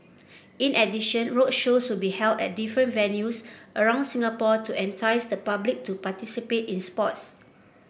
in addition roadshows will be held at different venues around Singapore to entice the public to participate in sports